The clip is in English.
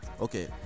Okay